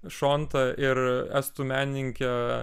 šontą ir estų menininkę